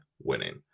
winning